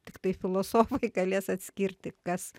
tiktai filosofai galės atskirti kas